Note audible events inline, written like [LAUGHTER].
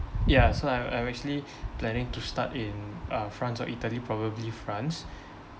ya so I'm I'm actually [BREATH] planning to start in uh france or italy probably france [BREATH]